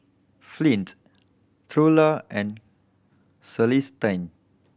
Flint Trula and Celestine